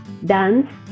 dance